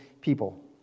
people